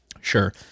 Sure